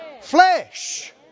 Flesh